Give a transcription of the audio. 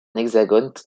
hexagone